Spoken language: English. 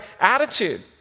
attitude